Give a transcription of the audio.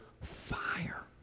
fire